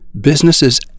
Businesses